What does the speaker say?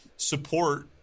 support